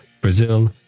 Brazil